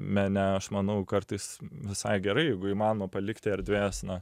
mene aš manau kartais visai gerai jeigu įmanoma palikti erdvės na